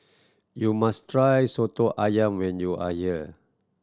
you must try Soto Ayam when you are here